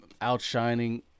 outshining